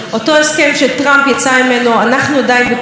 אותו הסכם הגדיר שלוש שנים לבחון את ההשפעות,